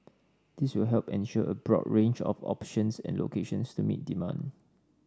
this will help ensure a broad range of options and locations to meet demand